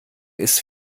ist